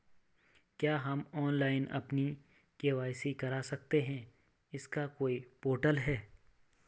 क्या हम ऑनलाइन अपनी के.वाई.सी करा सकते हैं इसका कोई पोर्टल है?